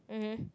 mmhmm